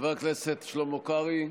חבר הכנסת שלמה קרעי,